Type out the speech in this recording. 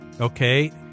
okay